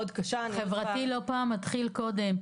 החברתי לא פעם מתחיל קודם,